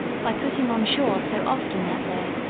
by putting on shore so often that day,